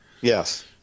Yes